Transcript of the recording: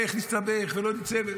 ואיך נסתבך ולא נצא.